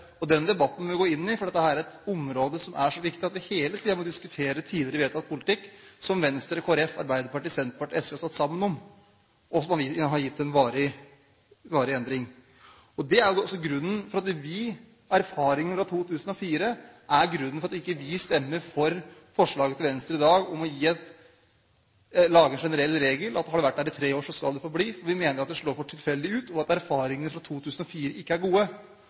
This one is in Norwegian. det? Den debatten må vi gå inn i, for dette er et område som er så viktig at vi hele tiden må diskutere tidligere vedtatt politikk som Venstre, Kristelig Folkeparti, Arbeiderpartiet, Senterpartiet og SV har stått sammen om, og som har gitt en varig endring. Erfaringene fra 2004 er grunnen til at vi ikke stemmer for forslaget til Venstre i dag om å lage en generell regel: Hvis man har vært her i tre år, så skal man få bli. Vi mener at det slår for tilfeldig ut, og at erfaringene fra 2004 ikke er gode.